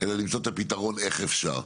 אלא למצוא את הפתרון איך אפשר.